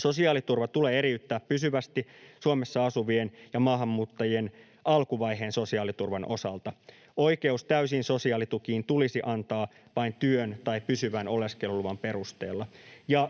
Sosiaaliturva tulee eriyttää pysyvästi Suomessa asuvien ja maahanmuuttajien alkuvaiheen sosiaaliturvan osalta. Oikeus täysiin sosiaalitukiin tulisi antaa vain työn tai pysyvän oleskeluluvan perusteella.